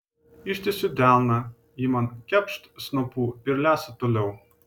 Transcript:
ištiesiu delną ji man kepšt snapu ir lesa toliau